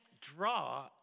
draw